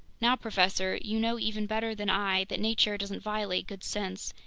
now, professor, you know even better than i that nature doesn't violate good sense,